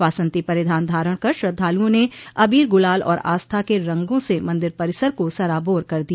वांसती परिधान धारण कर श्रद्धालुओं ने अबीर गुलाल और आस्था के रंगों से मंदिर परिसर को सराबोर कर दिया